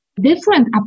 different